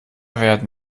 werden